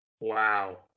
Wow